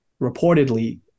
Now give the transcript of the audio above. reportedly